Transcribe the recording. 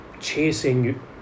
chasing